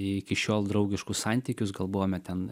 iki šiol draugiškus santykius gal buvome ten